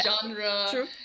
genre